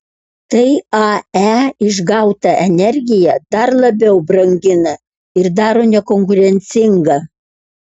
tai ae išgautą energiją dar labiau brangina ir daro nekonkurencingą